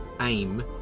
aim